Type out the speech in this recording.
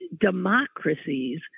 democracies